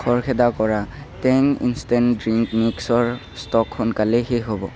খৰখেদা কৰা Tang instant drink mixer stock সোনকালেই শেষ হ'ব